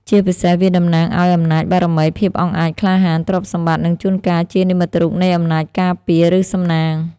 ជាពិសេសវាតំណាងឲ្យ អំណាច បារមី ភាពអង់អាចក្លាហាន ទ្រព្យសម្បត្តិ និងជួនកាលជា និមិត្តរូបនៃអំណាចការពារ ឬសំណាង។